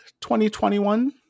2021